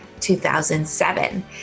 2007